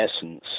essence